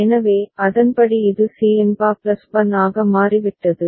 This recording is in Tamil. எனவே அதன்படி இது Cn bar plus Bn ஆக மாறிவிட்டது